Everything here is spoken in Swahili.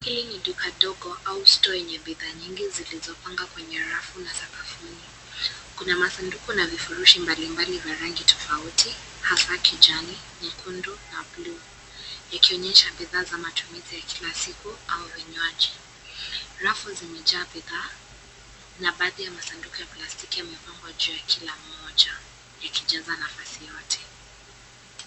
Hii ni duka dogo au stoo yenye bidhaa nyingi zilizopangwa kwenye rafu na sakafuni. Kuna masanduku na vifurushi mbali mbali za rangi tofauti hasa kijani, nyekundu na bluu ikionyesha bidhaa za matumizi ya kila siku au vinywaji. Rafu zimejaa bidhaa na baadhi ya masanduku ya plastiki yamepangwa juu ya kila mmoja yakijaza nafasi yote.